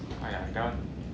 !aiya!